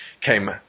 came